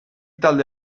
talde